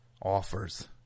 Offers